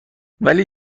ولی